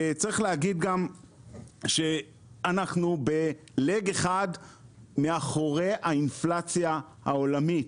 צריך להגיד גם שאנחנו בלג אחד מאחורי האינפלציה העולמית,